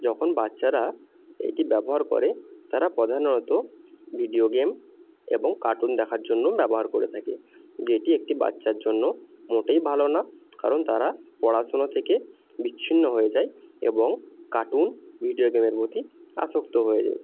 যখন বাচ্চারা এটি ব্যবহার করে তারা প্রধানত ভিডিও গেম এবং কার্টুন দেখার জন্য ব্যবহার করে থাকে যেটি একটি বাচ্চার জন্য মোটেই ভালো না কারণ তারা পড়াশুনো থেকে বিচ্ছিন্ন হয়ে যায় এবং কার্টুন ভিডিও গেমের প্রতি আসক্ত হয়ে যায়